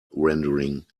rendering